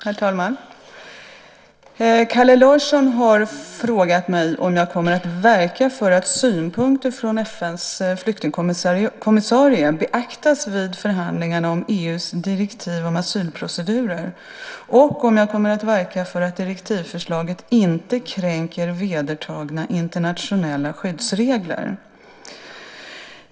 Herr talman! Kalle Larsson har frågat mig om jag kommer att verka för att synpunkter från FN:s flyktingkommissarie beaktas vid förhandlingarna om EU:s direktiv om asylprocedurer, och om jag kommer att verka för att direktivförslaget inte kränker vedertagna internationella skyddsregler.